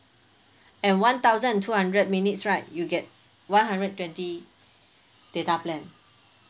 and one thousand and two hundred minutes right you get one hundred twenty data plan